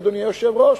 אדוני היושב-ראש,